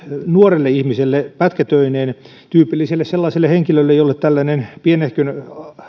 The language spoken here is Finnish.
nuorelle ihmiselle pätkätöineen tyypilliselle sellaiselle henkilölle jolle tällainen pienehkön